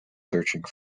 searching